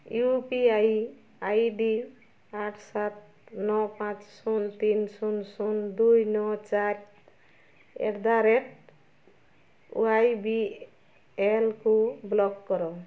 you P I I D ଆଠ ସାତ ନଅ ପାଞ୍ଚ ଶୂନ ତିନି ଶୂନ ଶୂନ ଦୁଇ ନଅ ଚାରି ଏଟ୍ ଦ ରେଟ୍ ୱାଇବିଏଲ୍କୁ ବ୍ଲକ୍ କର